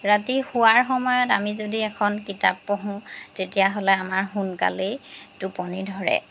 ৰাতি শোৱাৰ সময়ত আমি যদি এখন কিতাপ পঢ়োঁ তেতিয়াহ'লে আমাৰ সোনকালেই টোপনি ধৰে